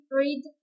read